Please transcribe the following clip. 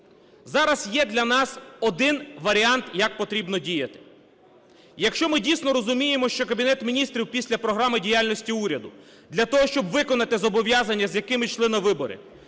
Зараз є для нас один варіант, як потрібно діяти. Якщо ми дійсно розуміємо, що Кабінет Міністрів після програми діяльності уряду для того, щоб виконати зобов'язання, з якими йшли на вибори,